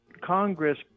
Congress